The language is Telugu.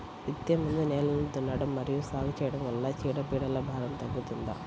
విత్తే ముందు నేలను దున్నడం మరియు సాగు చేయడం వల్ల చీడపీడల భారం తగ్గుతుందా?